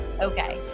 Okay